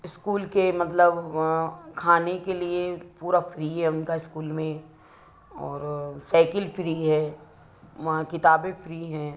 school के मतलब खाने के लिए पूरा फ्री है उनका स्कूल में और साइकिल फ्री है वहाँ किताबें फ्री हैं